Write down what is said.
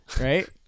right